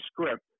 script